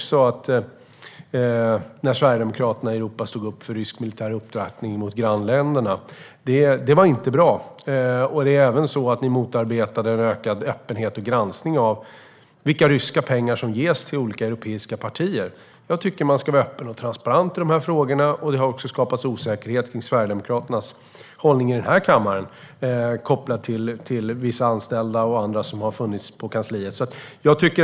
Sverigedemokraterna stod i Europa också upp för rysk militär upptrappning mot grannländerna. Det var inte bra. Ni motarbetade även en ökad öppenhet och granskning av vilka ryska pengar som ges till olika europeiska partier. Jag tycker att man ska vara öppen och transparent i de här frågorna. Det har också skapats osäkerhet kring Sverigedemokraternas hållning i den här kammaren kopplat till vissa anställda och andra som har funnits på kansliet.